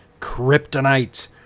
kryptonite